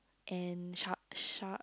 and Shak Shak